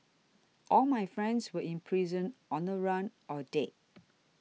all my friends were in prison on the run or dead